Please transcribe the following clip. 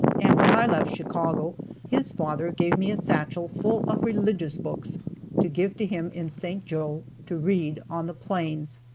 and when i left chicago his father gave me a satchel full of religious books to give to him in st. joe to read on the plains.